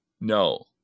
no